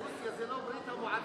רוסיה זה לא ברית-המועצות.